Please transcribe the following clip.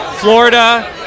Florida